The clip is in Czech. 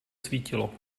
svítilo